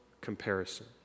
comparison